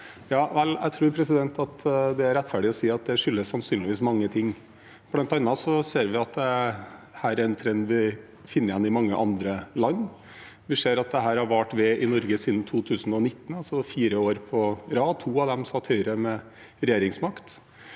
Jeg tror det er rettferdig å si at det skyldes sannsynligvis mange ting. Blant annet ser vi at dette er en trend vi finner igjen i mange andre land. Vi ser at dette har vart ved i Norge siden 2019, altså fire år på rad – i to av dem satt Høyre med regjeringsmakt.